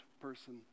person